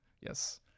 Yes